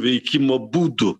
veikimo būdu